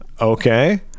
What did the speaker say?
Okay